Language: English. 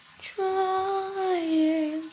trying